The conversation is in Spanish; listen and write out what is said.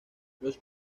los